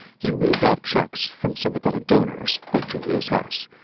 he lived off checks from sympathetic donors like julius hess.